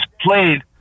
played